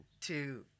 two